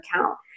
account